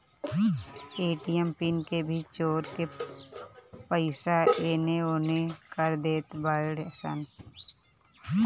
ATM pin के भी चोरा के पईसा एनेओने कर देत बाड़ऽ सन